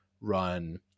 run